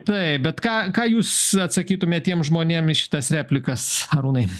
taip bet ką ką jūs atsakytumėt tiem žmonėm į šitas replikas arūnai